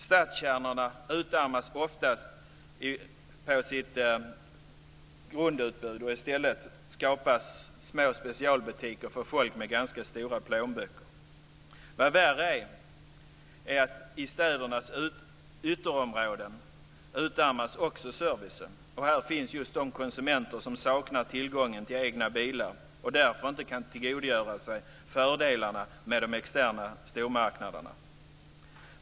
Stadskärnorna utarmas ofta på sitt grundutbud. I stället skapas små specialbutiker för folk med ganska stora plånböcker. Och vad värre är: I städernas ytterområden utarmas också servicen men där finns just de konsumenter som inte har tillgång till egen bil och som därför inte kan tillgodogöra sig fördelarna med de externa stormarknaderna.